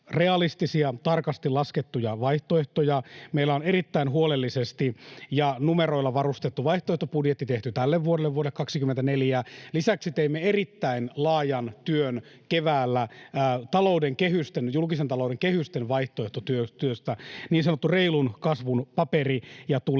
realistisia, tarkasti laskettuja vaihtoehtoja. Meillä on erittäin huolellisesti ja numeroilla varustettu vaihtoehtobudjetti tehty tälle vuodelle, vuodelle 24. Lisäksi teimme erittäin laajan työn keväällä julkisen talouden kehysten vaihtoehdosta, niin sanotun reilun kasvun paperin, ja tulemme